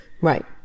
Right